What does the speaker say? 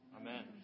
Amen